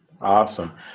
Awesome